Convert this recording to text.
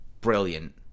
Brilliant